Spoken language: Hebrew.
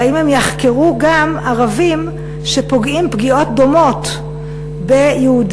והאם הם יחקרו גם ערבים שפוגעים פגיעות דומות ביהודים,